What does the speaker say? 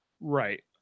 Right